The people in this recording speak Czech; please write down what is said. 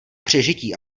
přežití